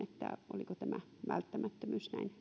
oliko tämä välttämättömyys